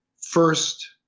first